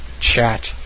chat